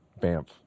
Bamf